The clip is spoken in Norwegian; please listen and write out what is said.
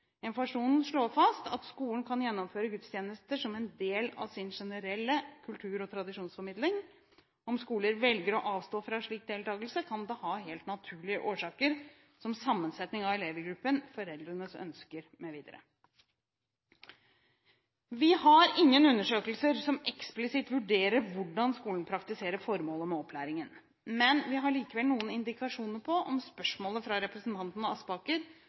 Informasjonen slår fast at skolen kan gjennomføre gudstjenester som en del av sin generelle kultur- og tradisjonsformidling. Om skoler velger å avstå fra slik deltakelse, kan det ha helt naturlige årsaker, som sammensetningen av elevgruppen, foreldrenes ønsker mv. Vi har ingen undersøkelser som eksplisitt vurderer hvordan skolen praktiserer formålet med opplæringen. Vi har likevel noen indikasjoner på om det spørsmålet fra representanten Aspaker